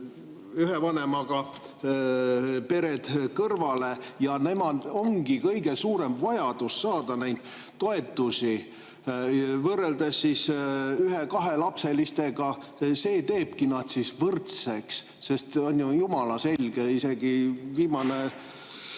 ühe vanemaga pered kõrvale, ja nendel ongi kõige suurem vajadus saada toetusi, võrreldes ühe‑ ja kahelapselistega. See teebki nad võrdseks, sest on ju jumala selge, isegi viimane